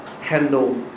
handle